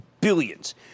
Billions